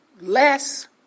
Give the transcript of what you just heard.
less